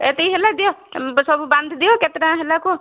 ଏତିକି ହେଲା ଦିଅ ସବୁ ବାନ୍ଧିଦିଅ କେତେ ଟଙ୍କା ହେଲା କୁହ